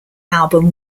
album